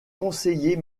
conseiller